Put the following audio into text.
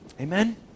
Amen